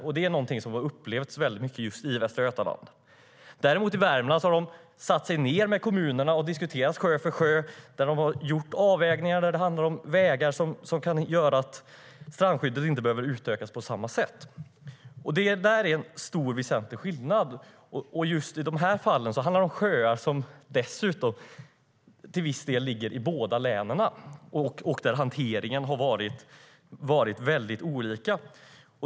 Detta är någonting som har upplevts väldigt mycket just i Västra Götaland. I Värmland har de däremot satt sig ned med kommunerna och diskuterat sjö för sjö. De har gjort avvägningar. Det handlar om vägar som kan göra att strandskyddet inte behöver utökas på samma sätt. Det är en stor och väsentlig skillnad. Just i det här fallet handlar det dessutom ibland om sjöar som ligger i båda länen. Hanteringen har varit väldigt olika.